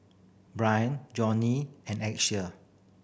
Johney and